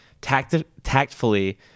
tactfully